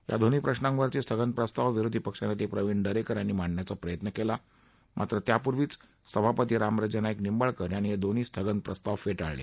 या दोन्ही प्रश्रांवरचे स्थगन प्रस्ताव विरोधी पक्षनेते प्रवीण दरेकर यांनी मांडण्याचा प्रयत्न केला मात्र त्यापूर्वीच सभापती रामराजे नाईक निंबाळकर यांनी हे दोन्ही स्थगन प्रस्ताव फेटाळले